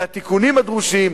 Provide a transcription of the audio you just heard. לתיקונים הדרושים,